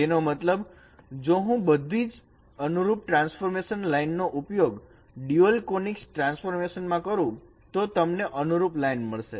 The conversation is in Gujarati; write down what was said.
તેનો મતલબ જો હું બધી જ અનુરૂપ ટ્રાન્સફોર્મ લાઈન નો ઉપયોગ ડ્યુઅલ કોનીકસ ટ્રાન્સફોર્મેશન માં કરું તો તેમને અનુરૂપ લાઈન મળશે